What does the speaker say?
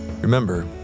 Remember